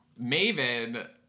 Maven